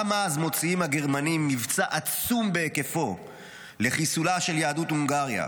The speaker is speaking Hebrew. גם אז מוציאים הגרמנים מבצע עצום בהיקפו לחיסולה של יהדות הונגריה.